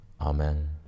Amen